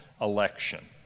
election